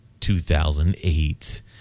2008